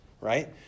right